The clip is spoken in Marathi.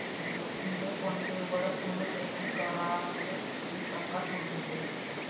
ज्योतीले फोन पे वरथून पेमेंट करामुये वीस टक्का सूट भेटनी